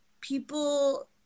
people